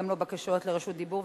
גם לא בקשות לרשות דיבור,